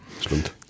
Stimmt